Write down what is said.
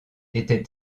était